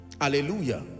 hallelujah